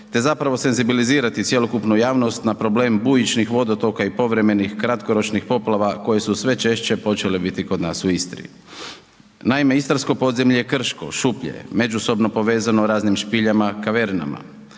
te zapravo senzibilizirati cjelokupnu javnost na problem bujičnih vodotoka i povremenih kratkoročnih poplava koje su sve češće počele biti kod nas u Istri. naime, sitarsko podzemlje je krško, šuplje je, međusobno povezano raznim špiljama, kavernama,